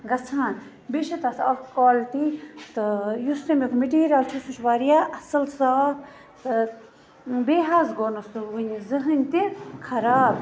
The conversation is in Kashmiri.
گَژھان بیٚیہِ چھےٚ تَتھ اَکھ کالٹی تہٕ یُس تَمیُک مِٹیٖریَل چھُ سُہ چھُ واریاہ اَصٕل صاف تہٕ بیٚیہِ حظ گوٚو نہٕ سُہ وٕنہِ زٕہٕنۍ تہِ خراب